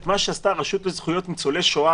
מה שעשתה הרשות לזכויות ניצולי שואה,